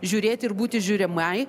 žiūrėti ir būti žiūrimai